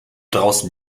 draußen